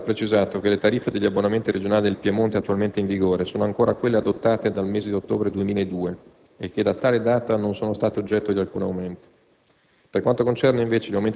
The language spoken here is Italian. La società Ferrovie dello Stato ha precisato che le tariffe degli abbonamenti regionali del Piemonte attualmente in vigore sono ancora quelle adottate dal mese di ottobre 2002 e che da tale data non sono state oggetto di alcun aumento.